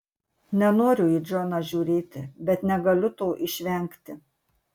nenoriu į džoną žiūrėti bet negaliu to išvengti